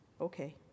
okay